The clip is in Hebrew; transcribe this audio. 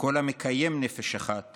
וכל המקיים נפש אחת